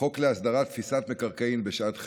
חוק להסדרת תפיסת מקרקעים בשעת חירום,